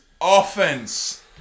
offense